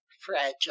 fragile